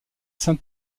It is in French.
saint